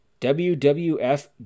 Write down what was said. wwf